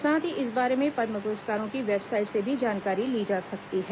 साथ ही इस बारे में पद्म पुरस्कारों की वेबसाइट से भी जानकारी ली जा सकती है